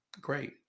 great